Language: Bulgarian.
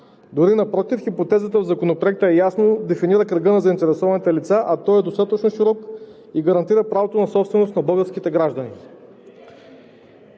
Дори напротив, хипотезата в Законопроекта ясно дефинира кръга на заинтересованите лица, а той е достатъчно широк и гарантира правото на собственост на българските граждани.